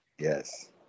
Yes